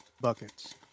buckets